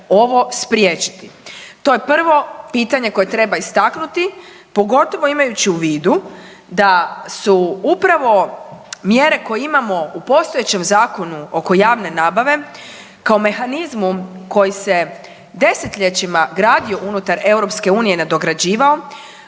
To je prvo pitanje koje treba istaknuti pogotovo imajući u vidu da su upravo mjere koje imamo u postojećem zakonu oko javne nabave kao mehanizmom koji se 10-ljećima gradio unutar EU i nadograđivao,